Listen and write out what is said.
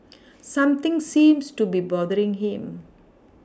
something seems to be bothering him